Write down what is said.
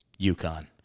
UConn